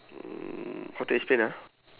mm how to explain ah